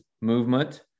movement